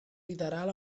literal